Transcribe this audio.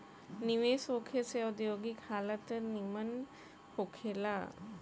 निवेश होखे से औद्योगिक हालत निमन होखे ला